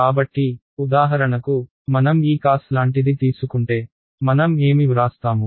కాబట్టి ఉదాహరణకు మనం ఈ కాస్ లాంటిది తీసుకుంటే మనం ఏమి వ్రాస్తాము